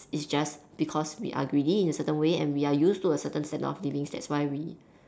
it's just because we are greedy in a certain way and we are used to a certain standard of living that's why we